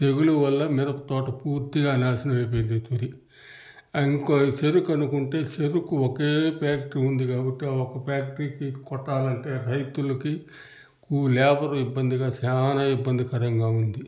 తెగులు వల్ల మిరప తోట పూర్తిగా నాశనమైపోయింది ఈసారి ఇంక చెరుకు అనుకుంటే చెరుకు ఒకే ఫ్యాక్టరీ ఉంది కాబట్టి ఆ ఒక్క ఫ్యాక్టరీకి కొట్టాలంటే రైతులకి కూ లేబర్ ఇబ్బందిగా చాలా ఇబ్బందికరంగా ఉంది